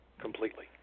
completely